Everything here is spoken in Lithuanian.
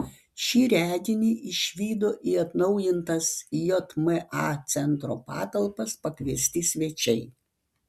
šį reginį išvydo į atnaujintas jma centro patalpas pakviesti svečiai